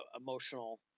emotional